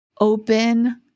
open